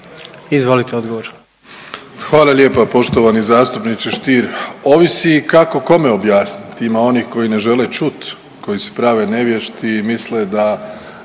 Izvolite odgovor.